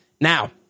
Now